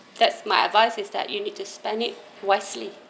that's my advice is that you need to spend it wisely